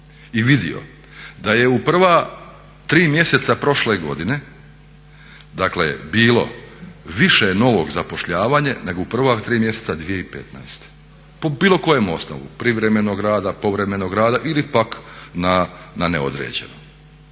i vidio da je u prva 3 mjeseca prošle godine, dakle bilo više novo zapošljavanje nego u prva 3 mjeseca 2015. Po bilo kojem osnovu, privremenog rada, povremenog rada ili pak na neodređeno.